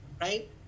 right